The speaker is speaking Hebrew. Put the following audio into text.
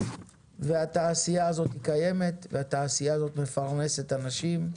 התעשייה הזאת קיימת, והתעשייה הזאת מפרנסת אנשים,